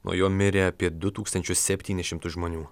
nuo jo mirė apie du tūkstančius septynis šimtus žmonių